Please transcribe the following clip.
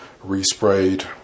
re-sprayed